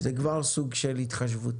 זה כבר סוג של התחשבות.